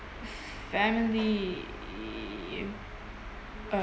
family uh